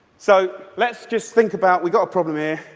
so, let's just think about, we got a problem here,